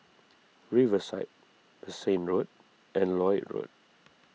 Riverside Bassein Road and Lloyd Road